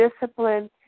discipline